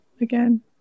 again